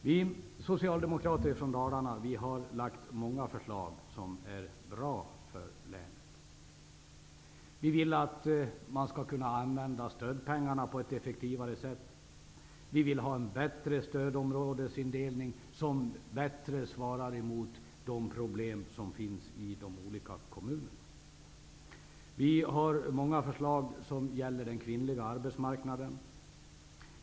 Vi socialdemokrater från Dalarna har väckt många förslag som är bra för länet. Vi vill att man skall kunna använda stödpengarna på ett effektivare sätt. Vi vill ha en bättre stödområdesindelning som bättre svarar mot de problem som finns i de olika kommunerna. Vi har väckt många förslag som gäller den kvinnliga arbetsmarknaden.